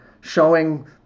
showing